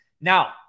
now